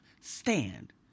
stand